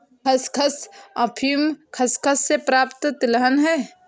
खसखस अफीम खसखस से प्राप्त तिलहन है